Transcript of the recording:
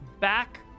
back